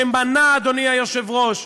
שמנע, אדוני היושב-ראש,